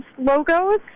logos